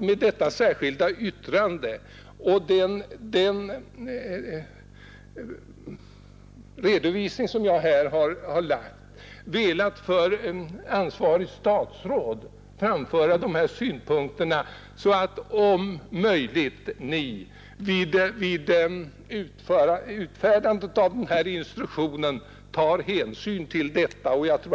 med detta särskilda yttrande och den redovisning som jag här lagt fram velat för ansvarigt statsråd framföra dessa synpunkter, så att man vid utfärdandet av denna instruktion om möjligt tar hänsyn till detta.